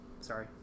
sorry